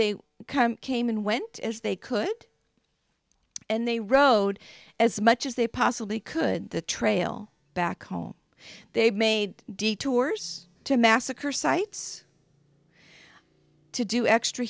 they come came and went as they could and they rode as much as they possibly could the trail back home they've made detours to massacre sites to do extra